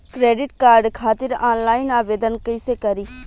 Credit card खातिर online आवेदन कइसे करि?